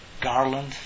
garland